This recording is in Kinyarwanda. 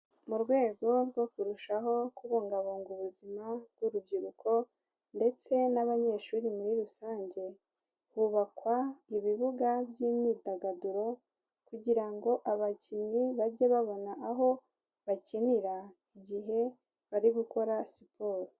Mu rwego rwo kurushaho kubungabunga ubuzima bw'urubyiruko ndetse n'abanyeshuri muri rusange, hubakwa ibibuga by'imyidagaduro kugira ngo abakinnyi bajye babona aho bakinira igihe bari gukora siporo.